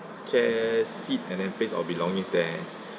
care seat and then place our belongings there